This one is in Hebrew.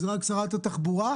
זה רק שרת התחבורה.